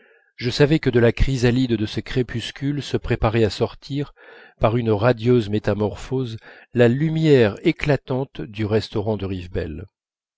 je savais que de la chrysalide de ce crépuscule se préparait à sortir par une radieuse métamorphose la lumière éclatante du restaurant de rivebelle